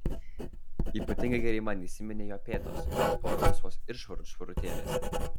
ypatingai gerai man įsiminė jo pėdos jos buvo rausvos ir švarut švarutėlės